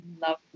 love